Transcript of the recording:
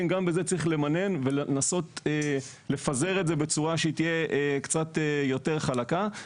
וגם את זה צריך למנן ולנסות לפזר את זה בצורה שתהיה קצת יותר חלקה.